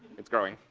it's growing.